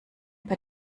paar